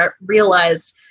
realized